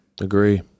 agree